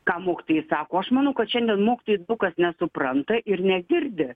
ką mokytojai sako aš manau kad šiandien mokytojų daug kas nesupranta ir negirdi